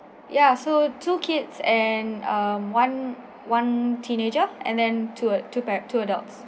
ya so two kids and err one one teenager and then two par~ two adults